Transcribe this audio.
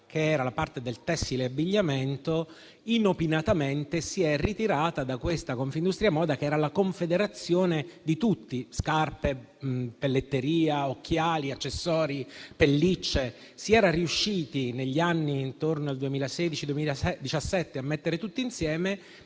che era la parte del tessile e abbigliamento, inopinatamente si è ritirata da Confindustria Moda, che era la confederazione di tutti (scarpe, pelletteria, occhiali, accessori e pellicce). Si era riusciti, negli anni intorno al 2016-2017, a mettere tutti insieme,